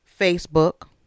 facebook